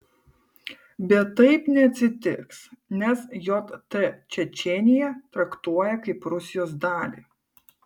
bet taip neatsitiks nes jt čečėniją traktuoja kaip rusijos dalį